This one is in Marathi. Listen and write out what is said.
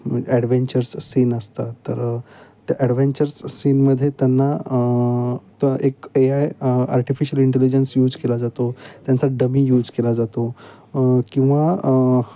ॲडवेंचर्स सीन असतात तर त्या ॲडवेंचर्स सीनमध्ये त्यांना त एक A I artificial intelligence use केला जातो त्यांचा डमी यूज केला जातो किंवा